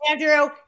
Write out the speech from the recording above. Andrew